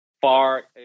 far